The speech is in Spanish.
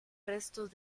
restos